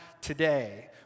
today